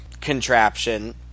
contraption